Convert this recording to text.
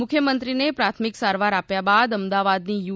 મુખ્યમંત્રીને પ્રાથમિક સારવાર આપ્યા બાદ અમદાવાદની યુ